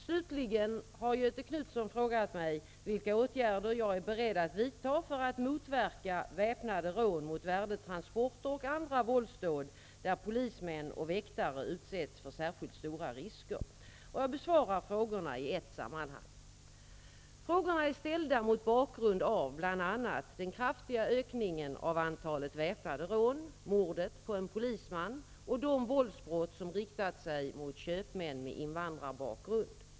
Slutligen har Göthe Knutson frågat mig vilka åtgärder jag är beredd att vidta för att motverka väpnade rån mot värdetransporter och andra våldsdåd där polismän och väktare utsätts för särskilt stora risker. Jag besvarar frågorna i ett sammanhang. Frågorna är ställda mot bakgrund av bl.a. den kraftiga ökningen av antalet väpnade rån, mordet på en polisman och de våldsbrott som riktat sig mot köpmän med invandrarbakgrund.